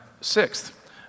sixth